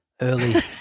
early